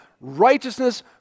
righteousness